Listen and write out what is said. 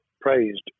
praised